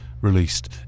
released